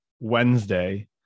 Wednesday